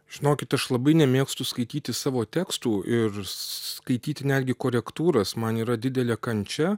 žinokit aš labai nemėgstu skaityti savo tekstų ir skaityti netgi korektūras man yra didelė kančia